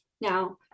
now